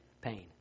pain